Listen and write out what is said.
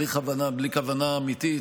בלי כוונה אמיתית,